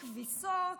כביסות,